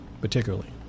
particularly